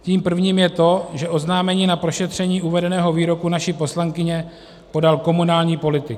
Tím prvním je to, že oznámení na prošetření uvedeného výroku naší poslankyně podal komunální politik.